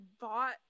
bought